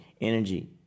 energy